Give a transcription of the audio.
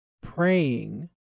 praying